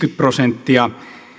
prosenttia